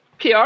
PR